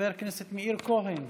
חבר הכנסת מאיר כהן,